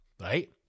right